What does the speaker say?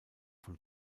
von